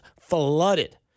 flooded